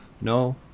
No